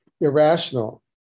irrational